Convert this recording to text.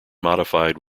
modified